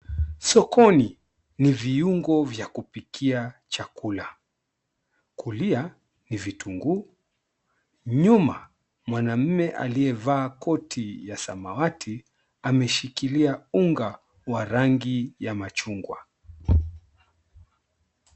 Sokoni ni viungo vya kupikia chakula. Kulia ni vitunguu, nyuma mwanaume aliyevaa koti ya samawati, ameshikilia unga wa rangi ya machungwa.